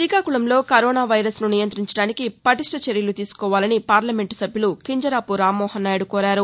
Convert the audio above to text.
గ్రీకాకుళంలో corona వైరసను నియంత్రించడానికి పటిష్ణ చర్యలు తీసుకోవాలని పార్లమంట్ సభ్యులు కింజరాపు రామ్మోహననాయుడు కోరారు